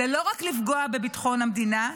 זה לא רק לפגוע בביטחון המדינה,